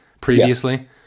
previously